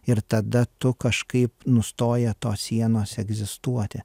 ir tada tu kažkaip nustoja tos sienos egzistuoti